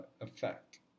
effect